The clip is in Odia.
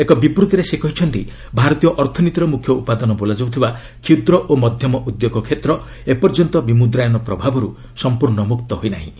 ଏକ ବିବୃତ୍ତିରେ ସେ କହିଛନ୍ତି ଭାରତୀୟ ଅର୍ଥନୀତିର ମ୍ରଖ୍ୟ ଉପାଦାନ ବୋଲାଯାଉଥିବା କ୍ଷୁଦ୍ର ଓ ମଧ୍ୟମ ଉଦ୍ୟୋଗ କ୍ଷେତ୍ର ଏପର୍ଯ୍ୟନ୍ତ ବିମ୍ବଦ୍ରାୟନ ପ୍ରଭାବରୁ ମୁକ୍ତ ହୋଇ ନାହିଁ